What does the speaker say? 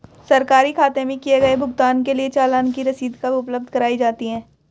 सरकारी खाते में किए गए भुगतान के लिए चालान की रसीद कब उपलब्ध कराईं जाती हैं?